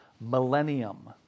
Millennium